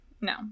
No